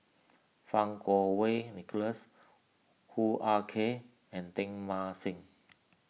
Fang Kuo Wei Nicholas Hoo Ah Kay and Teng Mah Seng